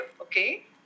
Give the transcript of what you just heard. okay